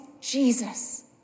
Jesus